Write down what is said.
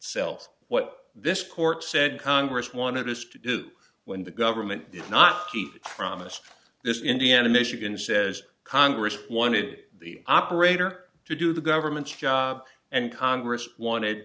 itself what this court said congress wanted us to do when the government did not keep promises this indiana michigan says congress wanted the operator to do the government and congress wanted